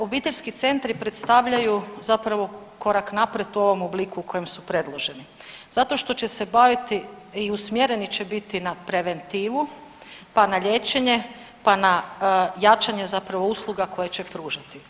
Obiteljski centri predstavljaju zapravo korak naprijed u ovom obliku u kojem su predloženi zato što će se baviti i usmjereni će biti na preventivu, pa na liječenje, pa na jačanje zapravo usluga koje će pružati.